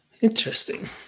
interesting